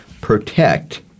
protect